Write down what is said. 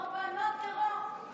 קורבנות טרור.